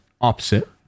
opposite